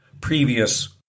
previous